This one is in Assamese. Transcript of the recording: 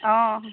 অঁ